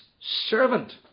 servant